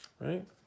right